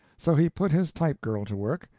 so he put his type-girl to work,